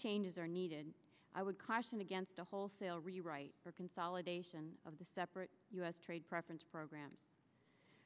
changes are needed i would caution against a wholesale rewrite or consolidation of the separate us trade preference programs